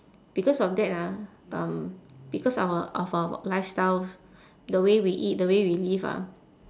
because of that ah um because our of our lifestyles the way we eat the way we live ah